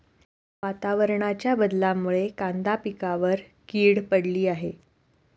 वातावरणाच्या बदलामुळे कांदा पिकावर ती पडली आहे